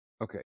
Okay